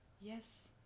yes